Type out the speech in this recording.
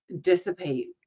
dissipate